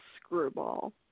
screwball